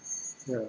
ya